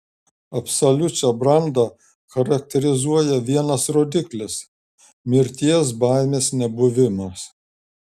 absoliučią brandą charakterizuoja vienas rodiklis mirties baimės nebuvimas